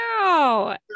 Wow